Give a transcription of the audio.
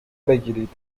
بگیرید